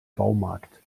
baumarkt